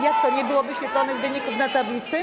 Jak to, nie było wyświetlonych wyników na tablicy?